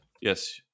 yes